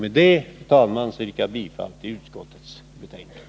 Med detta, fru talman, yrkar jag bifall till utskottets hemställan.